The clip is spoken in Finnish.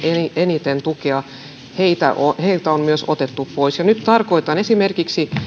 eniten tukea on myös otettu pois ja nyt tarkoitan esimerkiksi